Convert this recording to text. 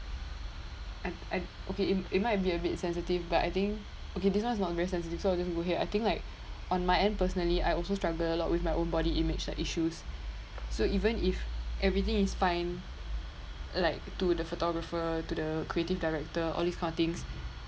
I I okay it it might be a bit sensitive but I think okay this one is not very sensitive so I just move here I think like on my end personally I also struggle a lot with my own body image like issues so even if everything is fine like to the photographer to the creative director all these kind of things